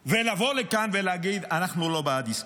אנקתם ולבוא לכאן ולהגיד: אנחנו לא בעד עסקה?